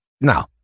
No